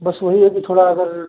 बस वही है कि थोड़ा अगर